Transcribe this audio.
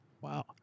Wow